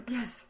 Yes